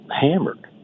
hammered